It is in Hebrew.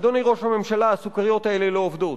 אדוני ראש הממשלה, הסוכריות האלה לא עובדות,